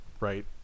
right